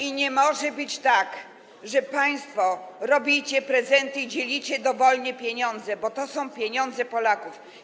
I nie może być tak, że państwo robicie prezenty i dzielicie dowolnie pieniądze, bo to są pieniądze Polaków.